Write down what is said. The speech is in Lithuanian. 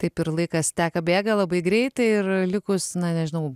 taip ir laikas teka bėga labai greitai ir likus na nežinau